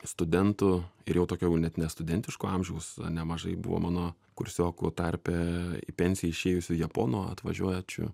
studentų ir jau tokio jau net nestudentiško amžiaus nemažai buvo mano kursiokų tarpe į pensiją išėjusių japonų atvažiuojančių